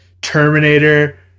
Terminator